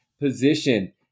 position